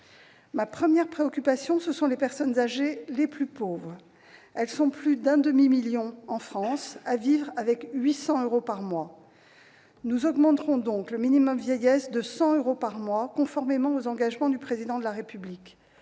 Ma première préoccupation concerne les personnes âgées les plus pauvres. Elles sont plus d'un demi-million en France à vivre avec 800 euros par mois. Nous augmenterons donc le minimum vieillesse de 100 euros par mois, conformément aux engagements du Président de la République.